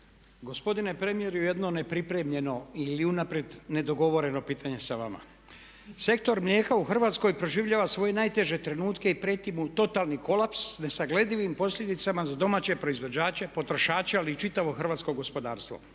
Gospodine premijeru jedno nepripremljeno ili unaprijed nedogovoreno pitanje sa vama. Sektor mlijeka u Hrvatskoj proživljava svoje najteže trenutke i prijeti mu totalni kolaps s nesagledivim posljedicama za domaće proizvođače, potrošače ali i čitavo hrvatsko gospodarstvo.